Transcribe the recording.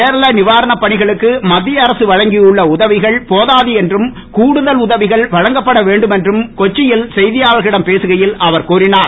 கேரள நிவாரணப் பணிகளுக்கு மத்திய அரசு வழங்கியுள்ள உதவிகள் போதாது என்றும் கூடுதல் உதவிகள் வழங்கப்பட வேண்டும் என்றும் கொச்சியில் செயாளர்களிடம் பேசுகையில் அவர் கூறினார்